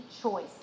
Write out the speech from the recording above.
choice